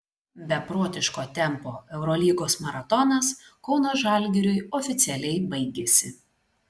beprotiško tempo eurolygos maratonas kauno žalgiriui oficialiai baigėsi